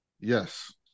Yes